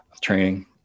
training